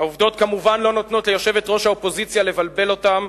העובדות כמובן לא נותנות ליושבת-ראש האופוזיציה לבלבל אותה,